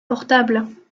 portable